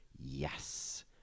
yes